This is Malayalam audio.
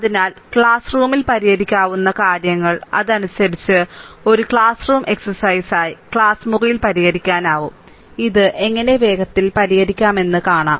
അതിനാൽ ക്ലാസ് റൂമിൽ പരിഹരിക്കാവുന്ന കാര്യങ്ങൾ അതനുസരിച്ച് ഒരു ക്ലാസ് റൂം വ്യായാമമായി ക്ലാസ് മുറിയിൽ പരിഹരിക്കാനാകും ഇത് എങ്ങനെ വേഗത്തിൽ പരിഹരിക്കാമെന്ന് കാണാം